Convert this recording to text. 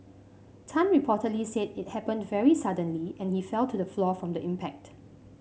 Tan reportedly said it happened very suddenly and he fell to the floor from the impact